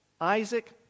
Isaac